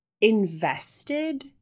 invested